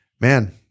man